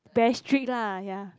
very strict lah ya